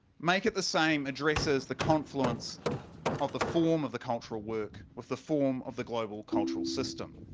make it the same addresses the confluence of the form of the cultural work with the form of the global cultural system.